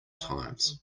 times